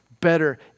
better